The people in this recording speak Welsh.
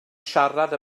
siarad